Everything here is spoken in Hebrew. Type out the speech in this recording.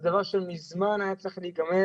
זה דבר שמזמן היה צריך להיגמר.